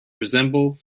resemble